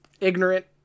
ignorant